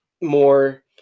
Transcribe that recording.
more